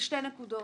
לשתי נקודות.